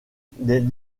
des